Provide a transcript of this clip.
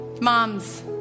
Moms